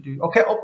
okay